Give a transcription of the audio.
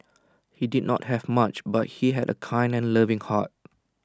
he did not have much but he had A kind and loving heart